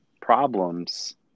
problems